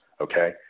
okay